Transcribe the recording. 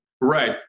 right